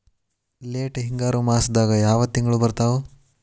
Late ಹಿಂಗಾರು ಮಾಸದಾಗ ಯಾವ್ ತಿಂಗ್ಳು ಬರ್ತಾವು?